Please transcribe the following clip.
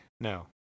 no